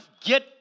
get